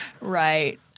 Right